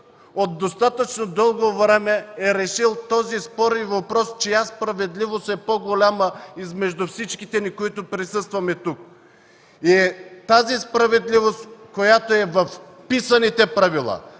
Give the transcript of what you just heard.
от достатъчно дълго време е решило спорния въпрос – чия справедливост е по-голяма измежду всички нас, които присъстваме тук: тази справедливост, която е в писаните правила,